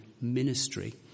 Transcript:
ministry